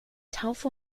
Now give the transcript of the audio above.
taufe